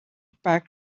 pack